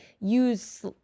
use